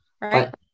Right